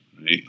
Right